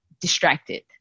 distracted